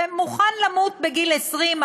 ומוכן למות בגיל 20,